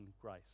grace